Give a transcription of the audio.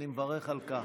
אני מברך על כך.